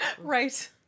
Right